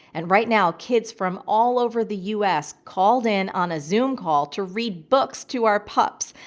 and right now kids from all over the us called in on a zoom call to read books to our pups.